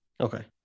Okay